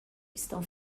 estão